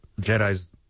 Jedi's